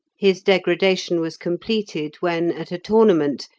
his degradation was completed when, at a tournament,